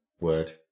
word